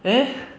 eh